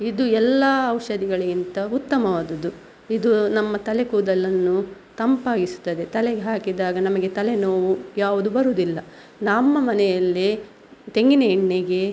ಇದು ಎಲ್ಲ ಔಷಧಿಗಳಿಗಿಂತ ಉತ್ತಮವಾದುದು ಇದು ನಮ್ಮ ತಲೆಕೂದಲನ್ನು ತಂಪಾಗಿಸುತ್ತದೆ ತಲೆಗೆ ಹಾಕಿದಾಗ ನಮಗೆ ತಲೆನೋವು ಯಾವುದು ಬರುವುದಿಲ್ಲ ನಮ್ಮ ಮನೆಯಲ್ಲಿ ತೆಂಗಿನ ಎಣ್ಣೆಗೆ